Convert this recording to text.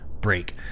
break